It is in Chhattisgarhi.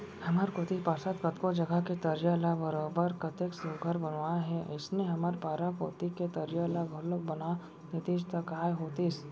हमर कोती पार्षद कतको जघा के तरिया ल बरोबर कतेक सुग्घर बनाए हे अइसने हमर पारा कोती के तरिया ल घलौक बना देतिस त काय होतिस